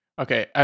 Okay